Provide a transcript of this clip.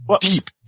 deep